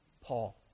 Paul